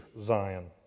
Zion